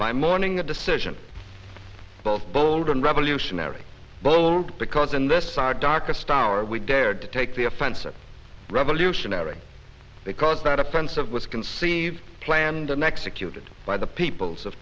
by morning a decision bold and revolutionary bold because and this darkest hour we dared to take the offensive revolutionary because that offensive was conceived planned and executed by the peoples of